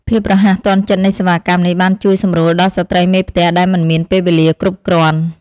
ភាពរហ័សទាន់ចិត្តនៃសេវាកម្មនេះបានជួយសម្រួលដល់ស្ត្រីមេផ្ទះដែលមិនមានពេលវេលាគ្រប់គ្រាន់។